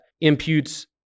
imputes